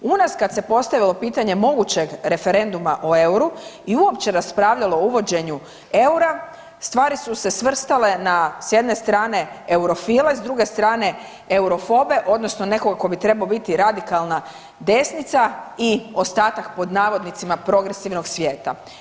U nas kad se postavilo pitanje mogućeg referenduma o euru i uopće raspravljalo o uvođenju eura stvari su se svrstale na, s jedne strane eurofile i s druge strane eurofobe odnosno nekoga ko bi trebao biti radikalne desnica i ostatak pod navodnicima progresivnog svijeta.